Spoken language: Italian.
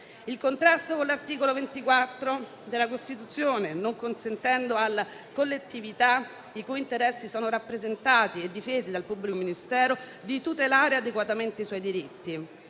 il contrasto con l'art. 24 Cost., non consentendo alla «collettività», i cui interessi sono rappresentati e difesi dal pubblico ministero, «di tutelare adeguatamente i suoi diritti»;